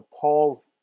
Paul